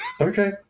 Okay